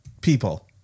people